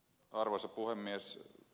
arvoisa puhemies